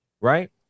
Right